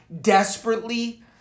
desperately